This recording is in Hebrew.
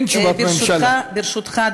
ברשותך,